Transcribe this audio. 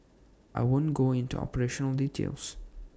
I won't go into operational details